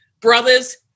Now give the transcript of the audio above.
brothers